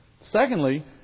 Secondly